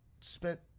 spent